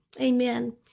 Amen